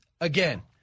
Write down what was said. again